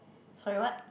sorry what